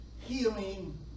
healing